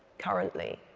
currently